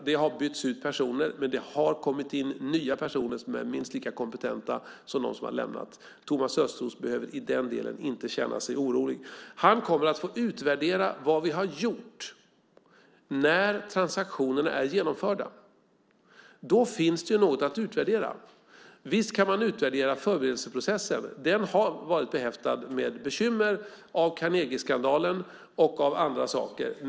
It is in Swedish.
Det har bytts ut personer. Men det har kommit in nya personer som är minst lika kompetenta som de som har lämnat. Thomas Östros behöver i den delen inte känna sig orolig. Han kommer att få utvärdera vad vi har gjort när transaktionerna är genomförda. Då finns det något att utvärdera. Visst kan man utvärdera förberedelseprocessen. Den har varit behäftad med bekymmer av Carnegieskandalen och av andra saker.